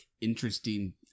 interesting